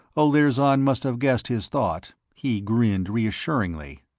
olirzon must have guessed his thought he grinned reassuringly.